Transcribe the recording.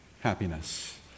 happiness